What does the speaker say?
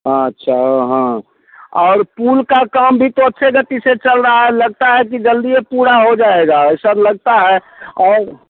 अच्छा हाँ और पुल का काम भी तो अच्छे गति से चल रहा है लगता है कि जल्दी पूरा हो जाएगा सब लगता है और